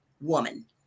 woman